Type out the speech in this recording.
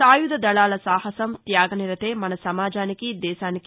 సాయుధ దళాల సాహసం త్యాగనిరతే మన సమాజానికి దేశానికి